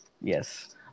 Yes